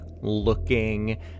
looking